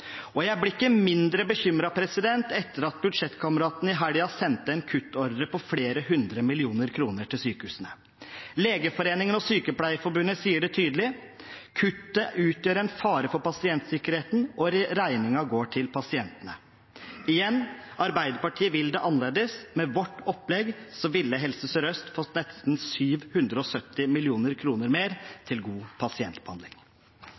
Og jeg blir ikke mindre bekymret etter at budsjettkameratene i helgen sendte en kuttordre på flere hundre millioner kroner til sykehusene. Legeforeningen og Sykepleierforbundet sier det tydelig: Kuttet utgjør en fare for pasientsikkerheten, og regningen går til pasientene. Igjen: Arbeiderpartiet vil det annerledes, med vårt opplegg ville Helse Sør-Øst fått nesten 770 mill. kr mer til god pasientbehandling.